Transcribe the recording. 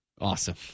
Awesome